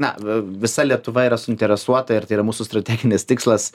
na visa lietuva yra suinteresuota ir tai yra mūsų strateginis tikslas